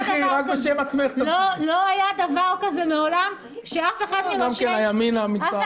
לא היה דבר כזה מעולם שאף אחד מראשי